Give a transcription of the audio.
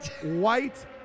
white